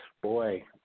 boy